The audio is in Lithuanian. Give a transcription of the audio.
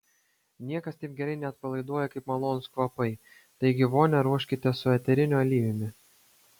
niekas taip gerai neatpalaiduoja kaip malonūs kvapai taigi vonią ruoškite su eteriniu aliejumi